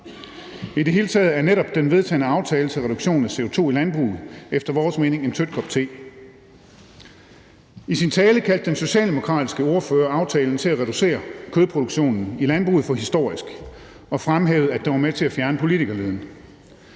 I det hele taget er netop den vedtagne aftale om reduktion af CO2 i landbruget efter vores mening en tynd kop te. I sin tale kaldte den socialdemokratiske ordfører aftalen om at reducere kødproduktionen i landbruget for historisk og fremhævede, at den var med til at fjerne politikerleden.